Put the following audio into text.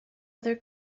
other